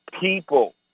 people